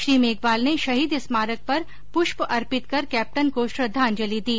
श्री मेघवाल ने शहीद स्मारक पर पुष्प अर्पित कर कैप्टन को श्रृद्धांजलि दी